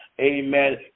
Amen